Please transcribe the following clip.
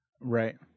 Right